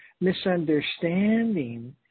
misunderstanding